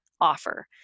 offer